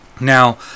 now